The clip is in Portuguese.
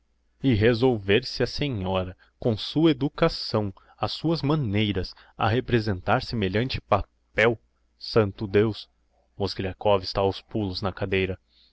e resolver-se a senhora com a sua educação as suas maneiras a representar semelhante papel santo deus mozgliakov está aos pulos na cadeira